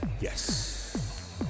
Yes